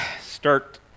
start